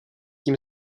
tím